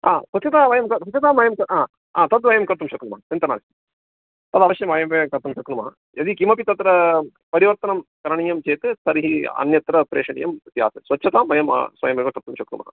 ह स्वच्छता वयं स्वच्छतां वयं तद् वयं कर्तुं शक्नुमः चिन्ता नास्ति तद् अवश्यं वयमेव कर्तुं शक्नुमः यदि किमपि तत्र परिवर्तनं करणीयं चेत् तर्हि अन्यत्र प्रेषणीयम् आसीत् स्वच्छतां वयं स्वयमेव कर्तुं शक्नुमः